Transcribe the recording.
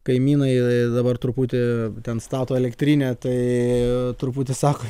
kaimynai dabar truputį ten stato elektrinę tai truputį sako